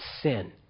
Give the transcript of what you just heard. sin